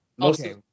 Okay